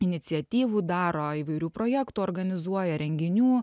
iniciatyvų daro įvairių projektų organizuoja renginių